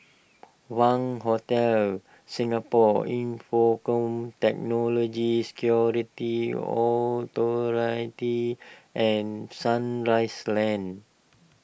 Wangz Hotel Singapore Infocomm Technology Security Authority and Sunrise Lane